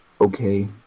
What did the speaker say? okay